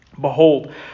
Behold